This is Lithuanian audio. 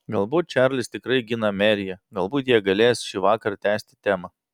galbūt čarlis tikrai gina meriją galbūt jie galės šįvakar tęsti temą